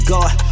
God